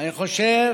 אני חושב